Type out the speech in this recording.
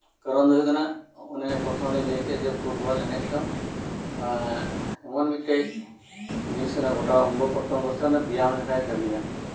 ᱠᱟᱨᱚᱱ ᱫᱚ ᱦᱳᱭᱳᱜ ᱠᱟᱱᱟ ᱚᱱᱮ ᱯᱨᱚᱛᱚᱢ ᱨᱤᱧ ᱞᱟᱹᱭ ᱠᱮᱫ ᱯᱷᱩᱴᱵᱚᱞ ᱮᱱᱮᱡ ᱫᱚ ᱮᱢᱚᱱ ᱢᱤᱫ ᱴᱮᱡ ᱡᱤᱱᱤᱥ ᱠᱟᱱᱟ ᱜᱚᱴᱟ ᱚᱝᱜᱚ ᱯᱨᱚᱛᱚᱝᱜᱚ ᱥᱮ ᱵᱮᱭᱟᱢ ᱞᱮᱠᱟᱭ ᱠᱟᱹᱢᱤᱭᱟ